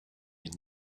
une